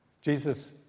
Jesus